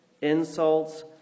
insults